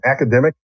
academic